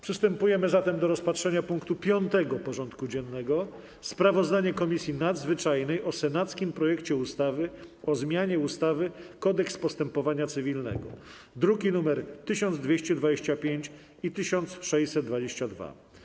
Przystępujemy do rozpatrzenia punktu 5. porządku dziennego: Sprawozdanie Komisji Nadzwyczajnej o senackim projekcie ustawy o zmianie ustawy - Kodeks postępowania cywilnego (druki nr 1225 i 1622)